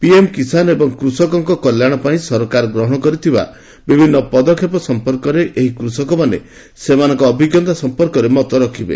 PM Kisan ଏବଂ କୃଷକଙ୍କ କଲ୍ୟାଣ ପାଇଁ ସରକାର ଗ୍ରହଣ କରିଥିବା ବିଭିନ୍ନ ପଦକ୍ଷେପ ସମ୍ପର୍କରେ ଏହି କୃଷକମାନେ ସେମାନଙ୍କ ଅଭିଜ୍ଞତା ସମ୍ପର୍କରେ ମତ ରଖିବେ